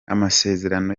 amasezerano